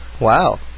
Wow